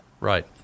Right